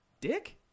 dick